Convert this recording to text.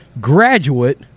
graduate